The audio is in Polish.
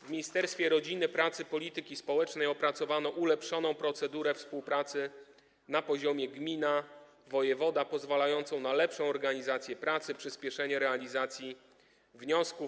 W Ministerstwie Rodziny, Pracy i Polityki Społecznej opracowano ulepszoną procedurę współpracy na poziomie gmina - wojewoda pozwalającą na poprawę organizacji pracy, przyspieszenie realizacji wniosków.